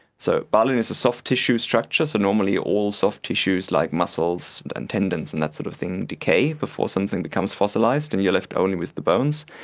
so baleen is a soft tissue structure, so normally all soft tissues like muscles and tendons and that sort of thing decay before something becomes fossilised, and you are left only with the bones.